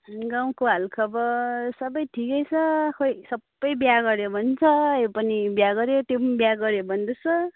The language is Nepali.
गाउँको हालखबर सबै ठिकै छ खोइ सबै बिहे गर्यो भन्छ यो पनि बिहे गर्यो त्यो पनि बिहे गर्यो भन्दैछ